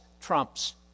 trumps